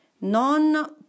non